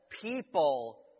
people